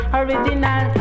original